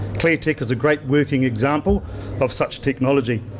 cleartech is a great working example of such technology.